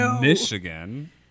Michigan